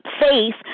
faith